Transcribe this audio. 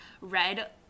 red